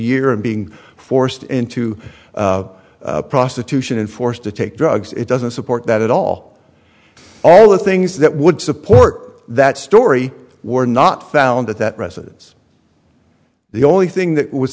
year and being forced into prostitution and forced to take drugs it doesn't support that at all all the things that would support that story were not found at that residence the only thing that was